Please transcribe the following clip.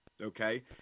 okay